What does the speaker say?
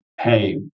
Hey